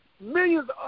millions